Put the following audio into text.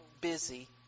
busy